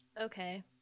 Okay